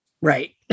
right